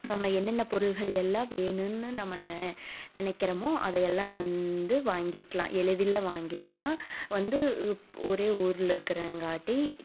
நம்ம என்னென்ன பொருள்கள் எல்லாம் வேணும்னு நம்ம நென நினைக்கிறமோ அதயெல்லாம் வந்து வாங்கிக்கிலாம் எளிதில் வாங்கிக்கிலாம் வந்து இப்போ ஒரே ஊரில் இருக்கிறங்காட்டி